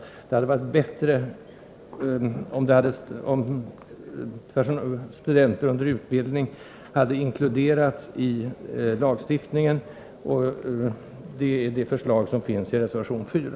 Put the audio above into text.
Det hade varit bättre om studenter under utbildning hade inkluderats i lagstiftningen. Det är det förslag som finns i reservation 4.